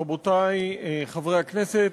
רבותי חברי הכנסת,